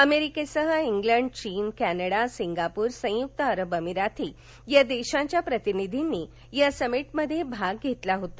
अमेरिकेसह शिलड चीन Canada Singapore संयुक्त अरब अमिराती या देशांच्या प्रतिनिधींनी या समीटमध्ये सहभाग घेतला होता